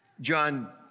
John